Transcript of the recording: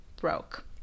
broke